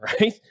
right